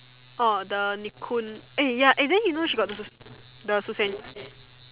orh the Nikoon eh ya eh then you know she got the the